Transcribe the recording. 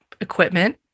equipment